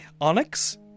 Onyx